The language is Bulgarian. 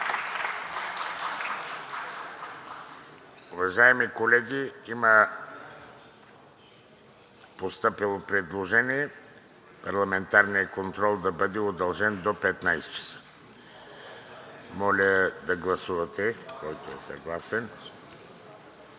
Уважаеми колеги, има постъпило предложение парламентарният контрол да бъде удължен до 15,00 часа. Моля, гласувайте.